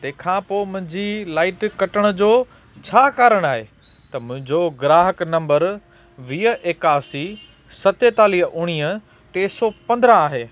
तंहिंखां पोइ मुंहिंजी लाईट कटण जो छा कारण आहे त मुंहिंजो ग्राहक नम्बर वीह एकासी सतेतालीह उणिवीह टे सौ पंद्रहं आहे